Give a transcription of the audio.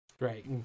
Right